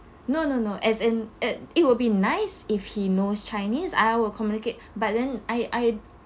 no no no as in it it will be nice if he knows chinese I will communicate but then I I